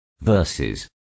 Verses